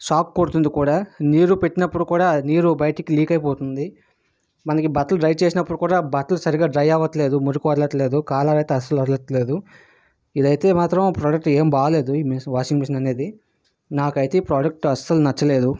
shock కొడుతోంది కూడా నీరు పెట్టినపుడు కూడా నీరు బయటికి లీక్ అయిపోతుంది మనకి బట్టలు డ్రై చేసినపుడు కూడా బట్టలు సరిగ్గా డ్రై అవ్వట్లేదు మురికి వదలట్లేదు కాలర్ అయితే అస్సలు వదలట్లేదు ఇదైతే మాత్రం ప్రోడక్ట్ అస్సలు ఏం బాలేదు ఈ మెషిన్ వాషింగ్ మెషిన్ అనేది నాకైతే ఈ ప్రోడక్ట్ అస్సలు నచ్చలేదు